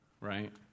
Right